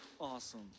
Awesome